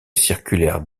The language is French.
circulaire